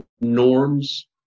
norms